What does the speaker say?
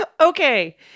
Okay